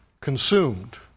consumed